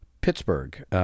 pittsburgh